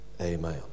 Amen